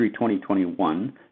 2021